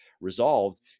resolved